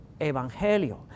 evangelio